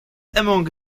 among